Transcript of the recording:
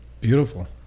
beautiful